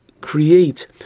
create